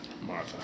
Martha